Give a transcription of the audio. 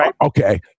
Okay